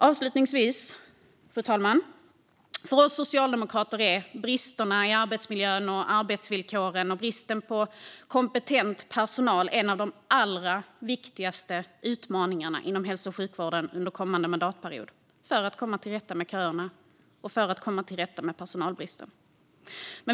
Avslutningsvis, fru talman: För oss socialdemokrater är bristerna i arbetsmiljön och arbetsvillkoren och bristen på kompetent personal en av de allra viktigaste utmaningarna inom hälso och sjukvården under kommande mandatperiod för att komma till rätta med köerna och personalbristen.